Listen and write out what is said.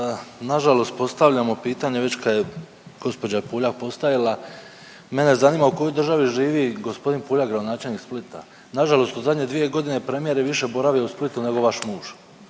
Nažalost postavljamo pitanje već kad je gđa Puljak postavila. Mene zanima u kojoj državi živi g. Puljak, gradonačelnik Splita? Nažalost u zadnje 2 godine premijer je više boravio u Splitu nego vaš muž.